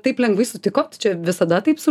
taip lengvai sutikot čia visada taip su